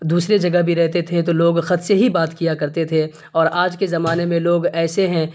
دوسرے جگہ بھی رہتے تھے تو لوگ خط سے ہی بات کیا کرتے تھے اور آج کے زمانے میں لوگ ایسے ہیں